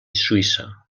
suïssa